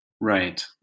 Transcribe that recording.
Right